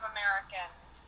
Americans